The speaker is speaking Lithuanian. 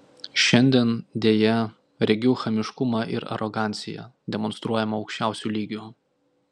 šiandien deja regiu chamiškumą ir aroganciją demonstruojamą aukščiausiu lygiu